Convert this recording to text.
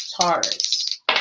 Taurus